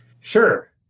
Sure